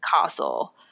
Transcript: Castle